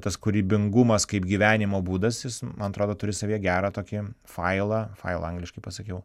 tas kūrybingumas kaip gyvenimo būdas jis man atrodo turi savyje gerą tokį failą failą angliškai pasakiau